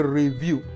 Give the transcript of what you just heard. review